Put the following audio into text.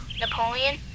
Napoleon